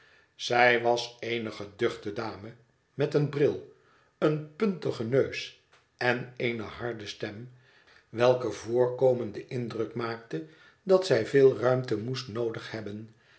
zij was eene geduchte dame met een bril een puntigen neus en eene harde stem welker voorkomen den indruk maakte dat zij veel ruimte moest noodig hebben